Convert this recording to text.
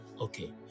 Okay